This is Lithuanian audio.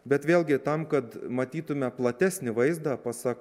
bet vėlgi tam kad matytume platesnį vaizdą pasak